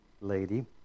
lady